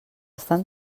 estan